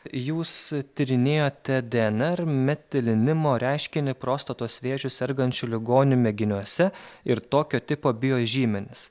jūs tyrinėjote dnr metilinimo reiškinį prostatos vėžiu sergančių ligonių mėginiuose ir tokio tipo biožymenis